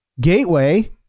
Gateway